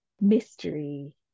mystery